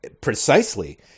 precisely